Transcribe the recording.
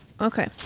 Okay